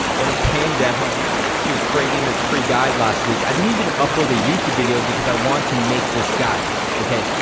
when it came down to creating this free guide last week i didn't even upload a youtube video because i want to make this guide, okay?